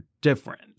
different